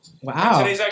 wow